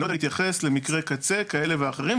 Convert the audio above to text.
אני לא יודע להתייחס למקרי קצה כאלה ואחרים.